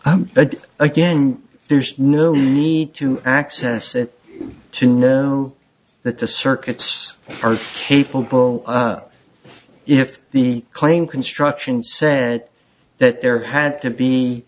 access but again there's no need to access it to know that the circuits are capable if the claim construction said that there had to be